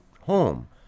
home